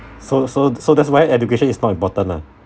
so so so that's why education is not important lah